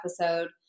episode